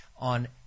on